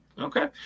Okay